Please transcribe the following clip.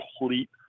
complete